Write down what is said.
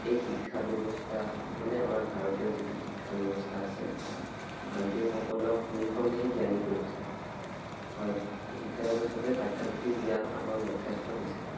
এই শিক্ষা ব্যৱস্থা মানে আমাৰ ভাৰতীয় যিটো শিক্ষাব্যৱস্থা আছে ভাৰতীয় সকলক নিঃসন্দেহে জ্ঞানী কৰিছে হয় শিক্ষা ব্যৱস্থাটোৱে পাঠ্য়পুথিৰ জ্ঞান আমাক যথেষ্ট দিছে